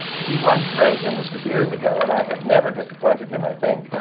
he once wrote, and this was years ago, and i have never disappointed him, i think,